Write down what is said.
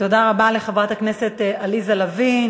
תודה רבה לחברת הכנסת עליזה לביא.